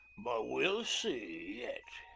but we'll see yet!